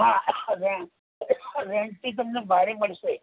હા રેન્ટ રેન્ટથી તમને ભાડે મળશે